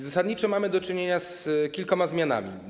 Zasadniczo mamy do czynienia z kilkoma zmianami.